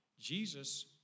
Jesus